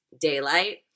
daylight